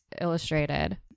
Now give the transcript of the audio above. illustrated